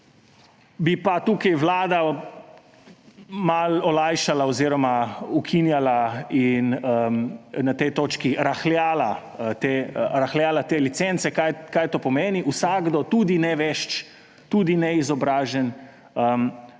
bi pa tukaj vlada malo olajšala oziroma ukinjala in na tej točki rahljala te licence. Kaj to pomeni? Vsakdo, tudi nevešč, tudi neizobražen,